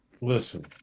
Listen